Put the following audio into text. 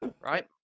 Right